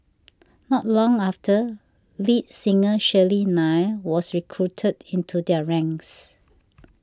not long after lead singer Shirley Nair was recruited into their ranks